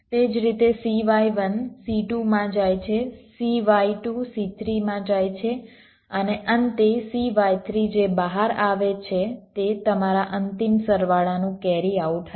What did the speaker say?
તે જ રીતે CY1 C2 માં જાય છે CY2 C3 માં જાય છે અને અંતે CY3 જે બહાર આવે છે તે તમારા અંતિમ સરવાળાનું કેરી આઉટ હશે